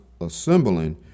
assembling